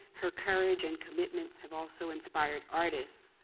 her courage and commitment have also inspired artists,